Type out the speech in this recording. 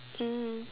mm